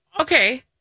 Okay